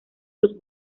los